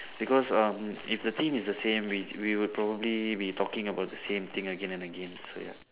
because um if the thing is the same we we would probably be talking about the same thing again and again so ya